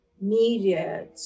media